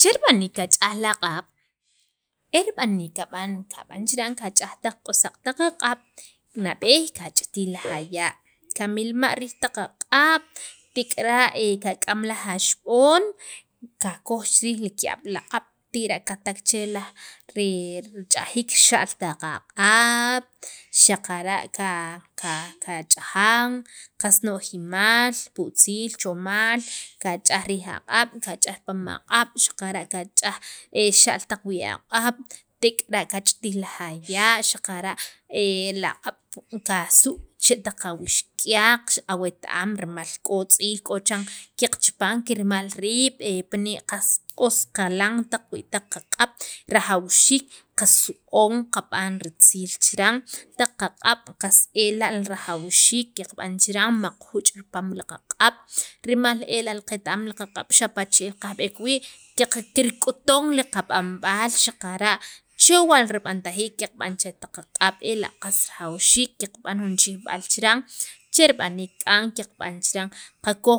che rib'aniik qach'aj aq'ab' e rib'aniik kab'an kab'an chiran qach'aj taq q'osaq taq aq'ab' nab'eey qach'iyij taq laj aya' kamilmaj riij taq aq'ab' tek'ara' kak'am laj axib'on qakoj chi riij li ki'ab' aq'ab' tira' katak che laj rich'ajiik, xa'ltaq aq'ab' xaqara' qach'ajan qas no'jimal pu'tziil, chomal kach'aj riij aq'ab', qach'aj pam aq'ab' xaqara' kach'aj xa'l taq wii' aq'ab' tek'ara' qach'itij laj aya' xaqara' laq'ab' qasuu' chixe wii' taq awixk'yaq awet am rimal k'o tz'iil k'o chan qeqchapan kirmal riib' pina' q'os k'alan taq wii' taq qaq'ab' rajawxiik qasu'on kqa'an ritziil chiran taq aq'ab' qas ela' rajawxiik qab'an chira' miqjuch' ripaam taq qaq'ab' rimal ela' qet- am li q'ab' xapa' che'el kajb'eek wii' kirk'uton li qab'anb'al xaqara' chewa' rib'antajiik qeqb'an che taq qaq'ab' ela' qas rajawxiik kab'an jun chijb'al chiran cher b'aniik k'an qab'an chiran